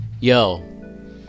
yo